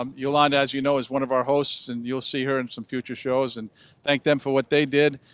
um yolanda, as you know, is one of our hosts, and you'll see her in some future shows. and thank them for what they did,